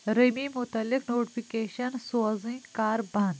رمی مُتعلِق نوٹفکیشن سوزٕنۍ کَر بنٛد